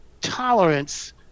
tolerance